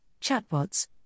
chatbots